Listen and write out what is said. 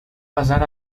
passar